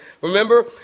Remember